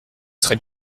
serez